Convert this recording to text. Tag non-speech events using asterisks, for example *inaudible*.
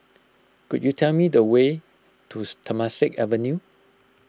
could you tell me the way to *unintelligible* Temasek Avenue